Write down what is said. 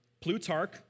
Plutarch